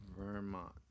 Vermont